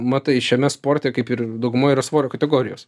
matai šiame sporte kaip ir daugumoj yra svorio kategorijos